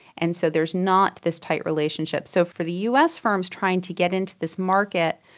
and so there's not this tight relationship. so for the us firms trying to get into this market,